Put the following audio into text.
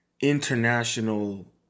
international